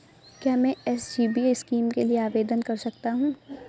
क्या मैं SGB scheme के लिए आवेदन कर सकता हूँ?